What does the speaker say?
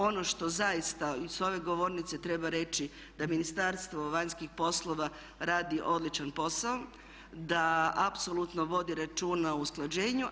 Ono što zaista i sa ove govornice treba reći da Ministarstvo vanjskih poslova radi odličan posao, da apsolutno vodi računa o usklađenju.